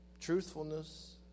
truthfulness